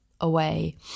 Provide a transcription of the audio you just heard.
away